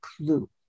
clue